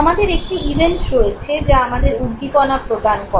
আমাদের একটি ইভেন্ট রয়েছে যা আমাদের উদ্দীপনা প্রদান করে